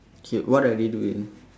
okay what are they doing